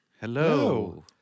Hello